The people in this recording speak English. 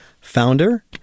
founder